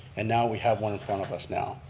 and now we have one in front of us now.